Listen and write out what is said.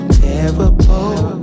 terrible